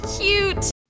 cute